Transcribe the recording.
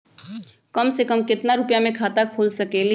कम से कम केतना रुपया में खाता खुल सकेली?